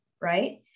right